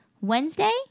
Wednesday